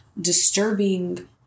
disturbing